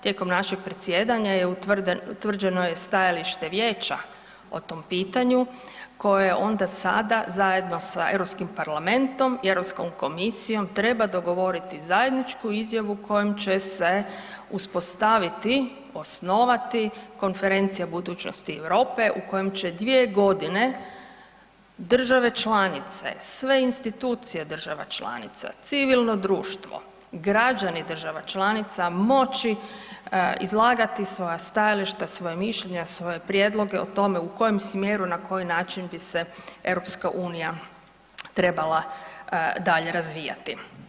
Tijekom našeg predsjedanja utvrđeno je stajalište vijeća o tom pitanju koje onda sada zajedno sa Europskim parlamentom i Europskom komisijom treba dogovoriti zajedničku izjavu kojom će se uspostaviti, osnovati konferencija budućnosti Europe u kojem će 2 godine države članice, sve institucije država članica, civilno društvo, građani država članica moći izlagati svoja stajališta, svoja mišljenja, svoje prijedloge o tome u kojem smjeru, na koji način bi se EU trebala dalje razvijati.